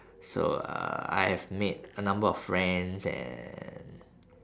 so uh I have made a number of friends and